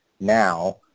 now